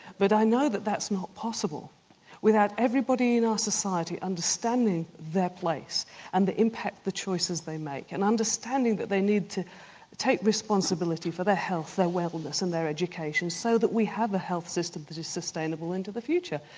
but i know that that's not possible without everybody in our society understanding their place and the impact of the choices they make and understanding that they need to take responsibility for their health, their wellness and their education so that we have a health system that is sustainable into the future,